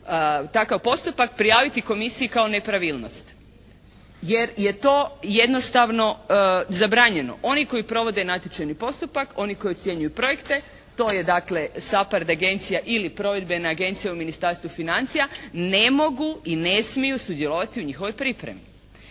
takav postupak prijaviti komisiji kao nepravilnost, jer je to jednostavno zabranjeno. Oni koji provode natječajni postupak, oni koji ocjenjuju projekte to je dakle SAPARD agencija ili provedbena agencija u Ministarstvu financija, ne mogu i ne smiju sudjelovati u njihovoj pripremi.